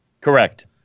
Correct